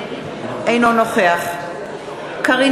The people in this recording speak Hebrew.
אינו נוכח קארין